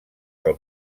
del